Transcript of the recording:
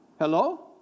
Hello